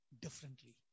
differently